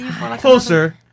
Closer